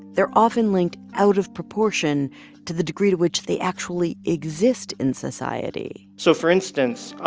they're often linked out of proportion to the degree to which they actually exist in society so for instance,